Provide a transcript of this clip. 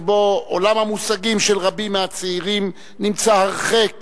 שבו עולם המושגים של רבים מהצעירים נמצא הרחק